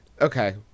okay